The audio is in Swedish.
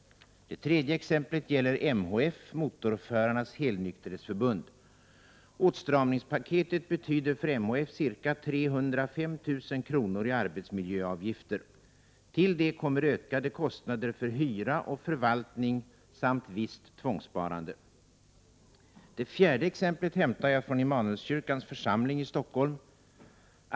Det tredje exemplet gäller MHF, Motorförarnas helnykterhetsförbund. Åtstramningspaketet betyder för MHF ca 305 000 kr. i arbetsmiljöavgifter. Till det kommer ökade kostnader för hyra och förvaltning samt visst tvångssparande. Det fjärde exemplet hämtar jag från Immanuelskyrkans församling i Stockholm.